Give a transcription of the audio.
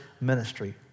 ministry